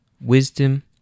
wisdom